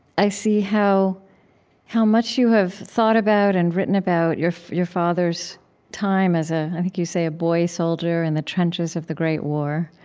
i see how how much you have thought about and written about your your father's time as, ah i think you say, a boy soldier in the trenches of the great war.